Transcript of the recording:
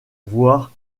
voire